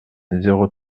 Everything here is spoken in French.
zéro